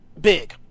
big